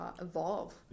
evolve